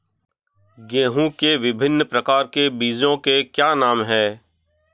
गेहूँ के विभिन्न प्रकार के बीजों के क्या नाम हैं?